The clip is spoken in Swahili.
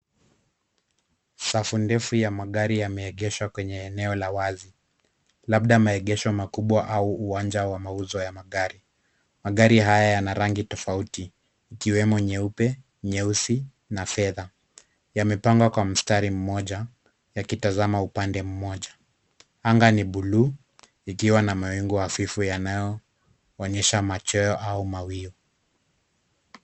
Safu ndefu ya magari, yameegeshwa kwenye eneo la wazi, labda maegesho makubwa au uwanja wa mauzo ya magari. Magari haya yana rangi tofauti, ikiwemo nyeupe, nyeusi na fedha. Yamepangwa kwa mstari mmoja, yakitazama upande mmoja. Anga ni bluu ikiwa na mawingu hafifu yanayoonyesha mwacheo au mawio.